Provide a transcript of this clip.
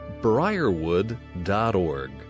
briarwood.org